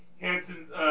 Hanson